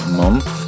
month